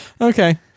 Okay